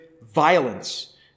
violence